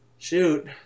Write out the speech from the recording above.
Shoot